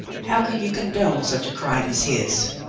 how can you condone such a crime as his?